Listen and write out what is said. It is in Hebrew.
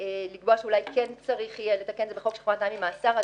לקבוע שאולי כן יהיה צורך לתקן את זה בחוק שחרור על תנאי ממאסר,